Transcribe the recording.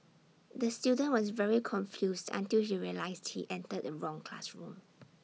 the student was very confused until he realised he entered the wrong classroom